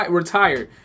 retired